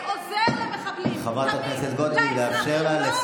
על זה כולם מסכימים.